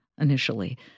initially